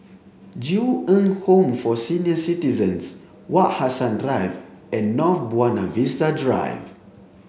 Ju Eng Home for Senior Citizens Wak Hassan Drive and North Buona Vista Drive